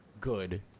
good